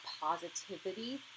positivity